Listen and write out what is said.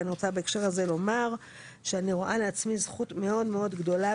ואני רוצה בהקשר הזה לומר שאני רואה לעצמי זכות מאוד מאוד גדולה,